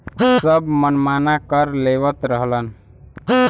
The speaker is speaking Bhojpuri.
सब मनमाना कर लेवत रहलन